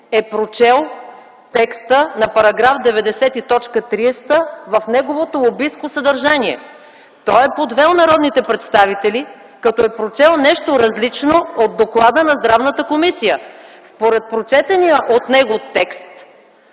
е прочел текста на § 90, т. 30 в неговото лобистко съдържание. Той е подвел народните представители, като е прочел нещо, различно от доклада на Здравната комисия. Според прочетения от него текст